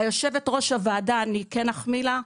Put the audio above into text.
ויושבת ראש הוועדה הקודמת, אני גם אחמיא לה,